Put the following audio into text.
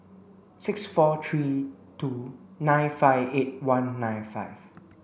six four three two nine five eight one nine five